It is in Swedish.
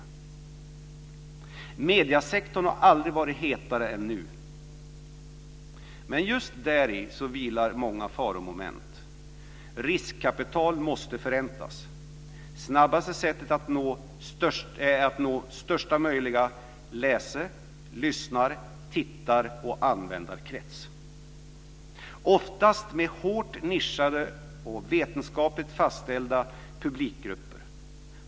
Mediesektorn har aldrig varit hetare än nu, men just däri vilar många faromoment. Riskkapital måste förräntas. Snabbaste sättet är att nå största möjliga läse-, lyssnar-, tittar-, och användarkrets, oftast med hårt nischade och vetenskapligt fastställda publikgrupper.